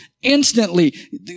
instantly